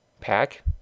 Pack